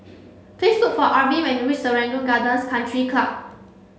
please look for Arvin when you reach Serangoon Gardens Country Club